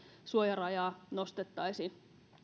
suojarajaa nostettaisiin